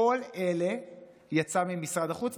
כל אלה יצאו ממשרד החוץ,